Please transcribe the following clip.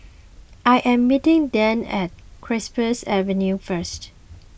I am meeting Dann at Cypress Avenue first